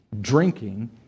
drinking